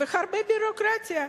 הרבה ביורוקרטיה.